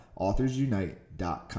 AuthorsUnite.com